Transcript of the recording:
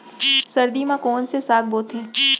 सर्दी मा कोन से साग बोथे?